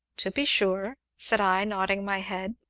to be sure, said i, nodding my head,